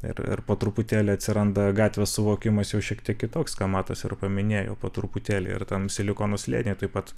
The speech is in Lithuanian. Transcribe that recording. ir ir po truputėlį atsiranda gatvės suvokimas jau šiek tiek kitoks ką matas ir paminėjo po truputėlį ir tam silikono slėnyje taip pat